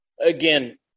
again